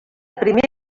primer